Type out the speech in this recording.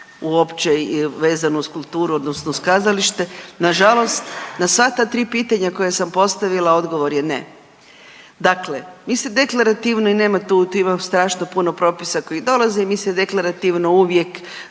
uopće vezano uz kulturu odnosno uz kazalište? Na žalost na sva ta tri pitanja koja sam postavila odgovor je ne. Dakle, mi se deklarativno i nema tu, tu ima strašno puno propisa koji dolaze i mi se deklarativno uvijek